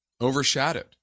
overshadowed